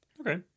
Okay